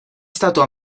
stato